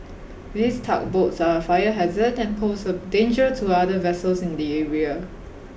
these tugboats are a fire hazard and pose a danger to other vessels in the area